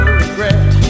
regret